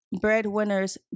breadwinners